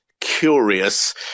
curious